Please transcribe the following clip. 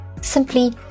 Simply